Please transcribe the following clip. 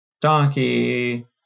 donkey